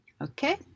Okay